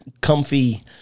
comfy